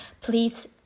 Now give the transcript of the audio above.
Please